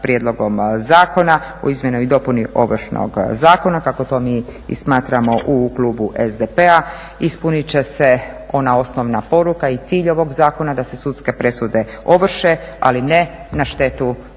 prijedlogom zakona u izmjeni i dopuni Ovršnog zakona kako to mi smatramo u klubu SDP-a ispunit će se ona osnovna poruka i cilj ovog zakona da se sudske presude ovrše ali ne na štetu